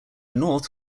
north